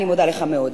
אני מודה לך מאוד.